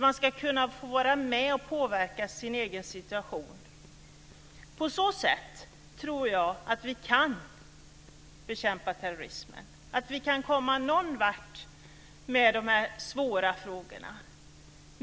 Man ska kunna få vara med och påverka sin egen situation. På så sätt tror jag att vi kan bekämpa terrorismen och komma någonvart i dessa svåra frågor.